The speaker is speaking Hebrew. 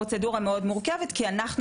נכון עלייה באבטלת הצעירים,